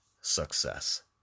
success